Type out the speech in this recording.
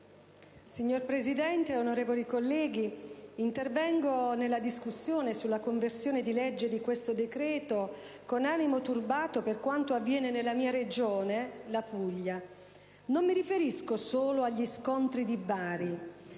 Signor Presidente, onorevoli colleghi, intervengo nella discussione sulla conversione in legge di questo decreto con animo turbato per quanto avviene nella mia Regione, la Puglia. Non mi riferisco solo agli scontri di Bari,